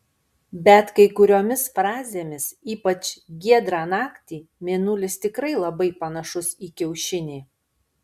bet kai kuriomis fazėmis ypač giedrą naktį mėnulis tikrai labai panašus į kiaušinį